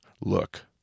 look